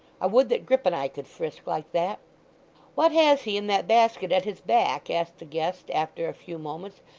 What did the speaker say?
i would that grip and i could frisk like that what has he in that basket at his back asked the guest after a few moments,